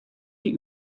die